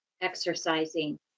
exercising